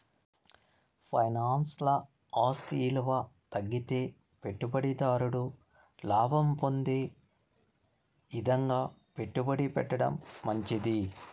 ఫైనాన్స్ల ఆస్తి ఇలువ తగ్గితే పెట్టుబడి దారుడు లాభం పొందే ఇదంగా పెట్టుబడి పెట్టడం మంచిది